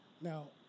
Now